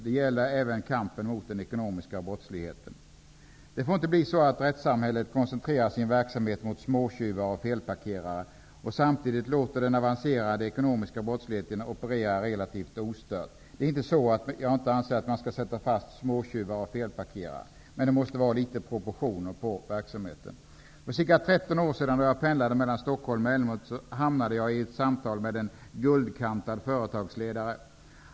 Detta gäller även för kampen mot den ekonomiska brottsligheten. Det får inte bli så att rättssamhället koncentrerar sin verksamhet mot ''småtjuvar'' och felparkerare och samtidigt låter den avancerade ekonomiska brottsligheten operera relativt ostört. Det är inte så att jag anser att man inte skall sätta fast småtjuvar och felparkerare, men det måste vara litet proportioner på verksamheten. För ca 13 år sedan, då jag pendlade mellan Stockholm och Älmhult, hamnade jag en gång i samtal med en ''guldkantad'' företagsledare.